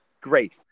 Great